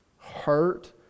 hurt